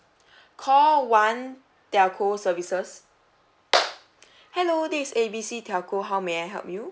call one telco services hello this is A B C telco how may I help you